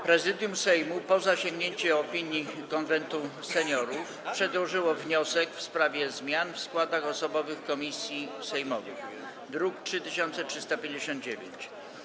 Prezydium Sejmu, po zasięgnięciu opinii Konwentu Seniorów, przedłożyło wniosek w sprawie zmian w składach osobowych komisji sejmowych, druk nr 3359.